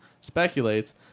speculates